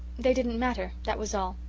they didn't matter, that was all.